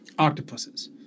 octopuses